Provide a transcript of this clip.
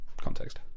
context